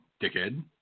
dickhead